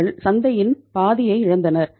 அவர்கள் சந்தையில் பாதியை இழந்தனர்